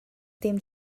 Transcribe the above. dim